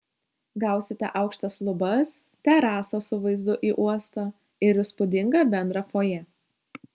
gausite aukštas lubas terasą su vaizdu į uostą ir įspūdingą bendrą fojė